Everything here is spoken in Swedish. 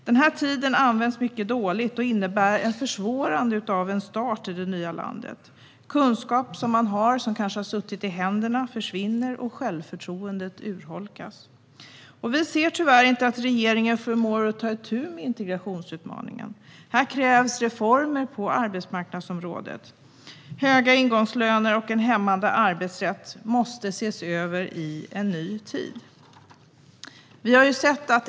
Den tiden används mycket dåligt och innebär ett försvårande av starten i det nya landet. Kunskap som kanske har suttit i händerna försvinner och självförtroendet urholkas. Vi ser tyvärr inte att regeringen förmår att ta itu med integrationsutmaningen. Här krävs reformer på arbetsmarknadsområdet. Höga ingångslöner och en hämmande arbetsrätt måste ses över i en ny tid.